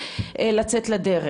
לצאת לדרך,